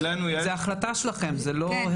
זאת החלטה שלכם, זה לא הכרח.